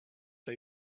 low